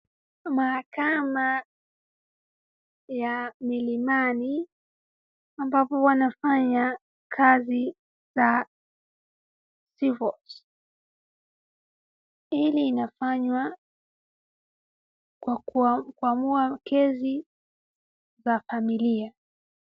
Mahakama ya Milimani ambapo wanafanya kazi za civils . Hili inafanywa kuamua kesi za abiria.